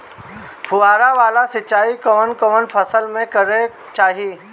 फुहारा वाला सिंचाई कवन कवन फसल में करके चाही?